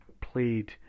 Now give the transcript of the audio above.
played